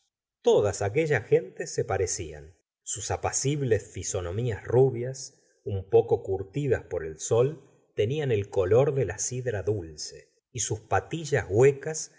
todas aquellas gentes se parecían sus apacibles fisonomías rubias un poco curtidas por el sol tenían el color de la sidra dulce y sus patillas huecas